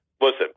listen